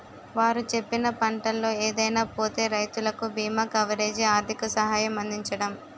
వారు చెప్పిన పంటల్లో ఏదైనా పోతే రైతులకు బీమా కవరేజీ, ఆర్థిక సహాయం అందించడం